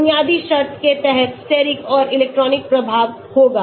Basic शर्त के तहत स्टेरिक और इलेक्ट्रॉनिक प्रभाव होगा